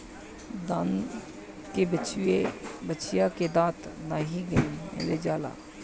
दान के बछिया के दांत नाइ गिनल जाला